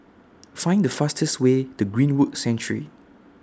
Find The fastest Way to Greenwood Sanctuary